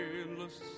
endless